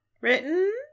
written